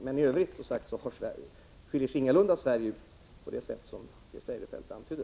Men i övrigt skiljer Sverige ingalunda ut sig på det sätt som Christer Eirefelt antydde.